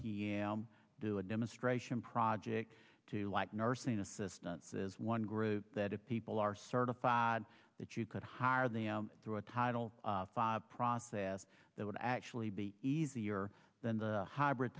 m do a demonstration project to like nursing assistants is one group that if people are certified that you could hire them through a title process that would actually be easier than the hybrid